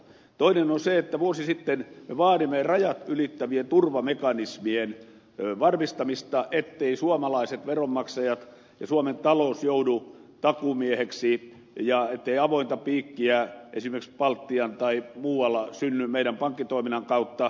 toinen on se että vuosi sitten me vaadimme rajat ylittävien turvamekanismien varmistamista etteivät suomalaiset veronmaksajat ja suomen talous joudu takuumieheksi ja ettei avointa piikkiä esimerkiksi baltiassa tai muualla synny meidän pankkitoimintamme kautta